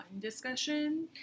discussion